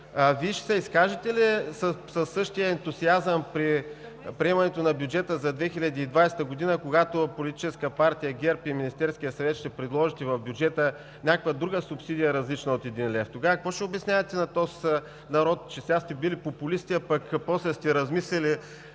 Вие ще се изкажете ли със същия ентусиазъм при приемането на бюджета за 2020 г., когато Политическа партия ГЕРБ и Министерският съвет предложите в бюджета някаква друга субсидия, различна от един лев? Тогава какво ще обяснявате на този народ – че сега сте били популисти, а после много добре сте размислили